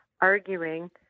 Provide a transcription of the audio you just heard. arguing